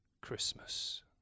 Christmas